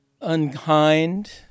unkind